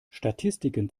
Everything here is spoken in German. statistiken